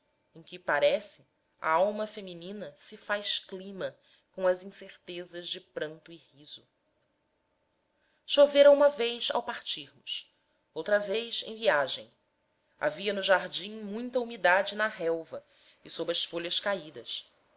em que parece a alma feminina se faz clima com as incertezas de pranto e riso chovera uma vez ao partirmos outra vez em viagem havia no jardim muita umidade na relva e sob as folhas caídas